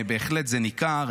בהחלט זה ניכר.